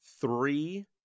three